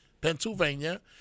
Pennsylvania